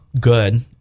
good